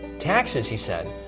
taxes, he said,